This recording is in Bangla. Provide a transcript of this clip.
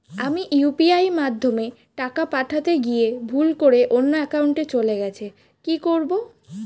আমি ইউ.পি.আই মাধ্যমে টাকা পাঠাতে গিয়ে ভুল করে অন্য একাউন্টে চলে গেছে কি করব?